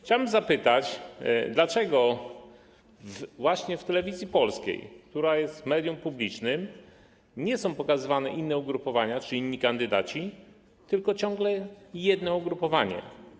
Chciałbym zapytać, dlaczego właśnie w Telewizji Polskiej, która jest medium publicznym, nie są pokazywane inne ugrupowania czy inni kandydaci, tylko ciągle jedno ugrupowanie.